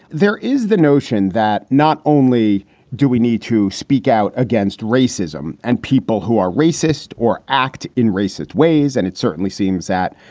there is the notion that not only do we need to speak out against racism and people who are racist or act in racist ways, and it certainly seems that,